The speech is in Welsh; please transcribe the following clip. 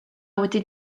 wedi